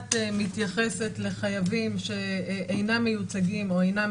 האחת מתייחסת לחייבים שאינם מיוצגים או אינם